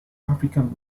african